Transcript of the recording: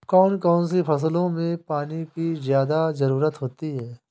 कौन कौन सी फसलों में पानी की ज्यादा ज़रुरत होती है?